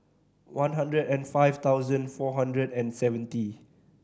one hundred and five thousand four hundred and seventy